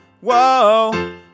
whoa